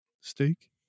steak